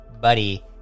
Buddy